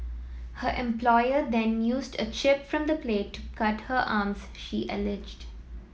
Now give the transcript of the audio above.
her employer then used a chip from the plate to cut her arms she alleged